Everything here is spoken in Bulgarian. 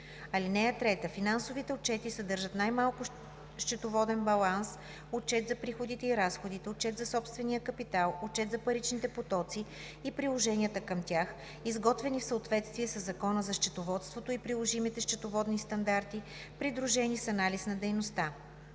страница. (3) Финансовите отчети съдържат най-малко счетоводен баланс, отчет за приходите и разходите, отчет за собствения капитал, отчет за паричните потоци и приложенията към тях, изготвени в съответствие със Закона за счетоводството и приложимите счетоводни стандарти, придружени с анализ на дейността.